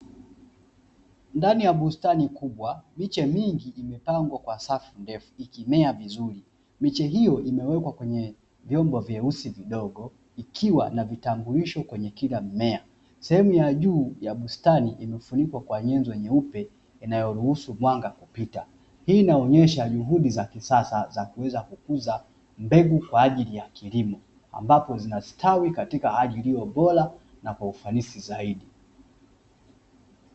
Ndani ya bustani kubwa, miche mingi imepangwa kwa safu ndefu ikimea vizuri. Miche hiyo imewekwa kwenye vyombo vyeusi vidogo, ikiwa na vitambulisho kila mmea. Sehemu ya juu ya bustani, imefunikwa kwa nyenzo nyeupe inayoruhusu mwanga kupita. Hii inaonyesha juhudi za kisasa za kuweza kukuza mbegu kwa ajili ya kilimo, ambapo zinastawi kwa hali iliyo bora na kwa ufanisi zaidi.